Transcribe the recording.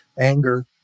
anger